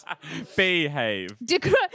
Behave